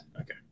Okay